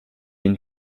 une